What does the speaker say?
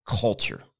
culture